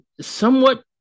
somewhat